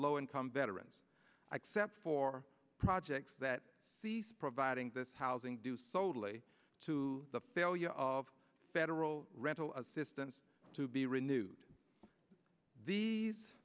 low income veterans except for projects that cease providing this housing due solely to the failure of federal rental assistance to be renewed these